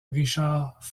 richard